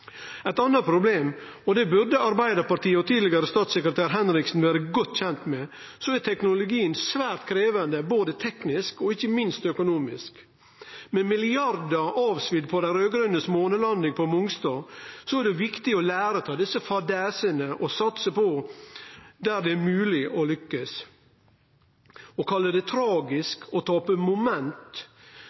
det burde Arbeidarpartiet og tidlegare statssekretær Henriksen vere godt kjende med – er at teknologien er svært krevjande både teknisk og ikkje minst økonomisk. Med milliardar svidde av på dei raud-grønes månelanding på Mongstad er det viktig å lære av desse fadesane og satse der det er mogleg å lukkast. Når ein kallar det tragisk og seier at det er å tape moment,